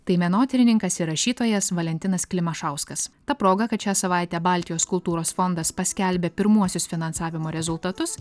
tai menotyrininkas ir rašytojas valentinas klimašauskas ta proga kad šią savaitę baltijos kultūros fondas paskelbė pirmuosius finansavimo rezultatus